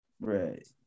Right